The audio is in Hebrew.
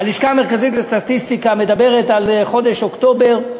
הלשכה המרכזית לסטטיסטיקה מדברת על חודש אוקטובר,